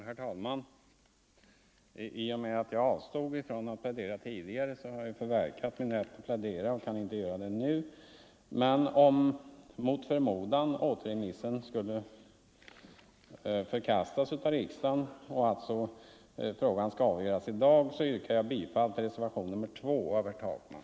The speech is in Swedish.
Herr talman! I och med att jag avstod från att plädera tidigare har jag förverkat min rätt och kan inte göra det nu. Men om återremissyrkandet mot förmodan skulle förkastas av kammaren och frågan alltså avgöras i dag, yrkar jag bifall till reservationen 2 av herr Takman.